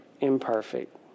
imperfect